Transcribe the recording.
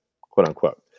quote-unquote